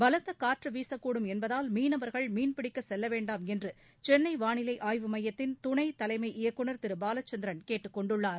பலத்த காற்று வீசக்கூடும் என்பதால் மீனவர்கள் மீன்பிடிக்க செல்லவேண்டாம் என்று சென்னை வானிலை ஆய்வு மையத்தின் துணை தலைமை இயக்குநர் திரு பாலசந்திரன் கேட்டுக்கொண்டுள்ளார்